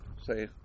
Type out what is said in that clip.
say